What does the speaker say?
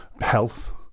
health